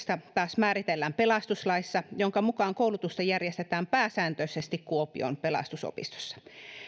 taas määritellään pelastuslaissa jonka mukaan koulutusta järjestetään pääsääntöisesti kuopion pelastusopistossa